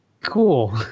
cool